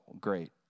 great